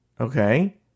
Okay